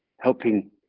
helping